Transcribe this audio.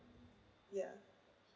yeah